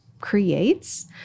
creates